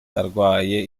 arwaye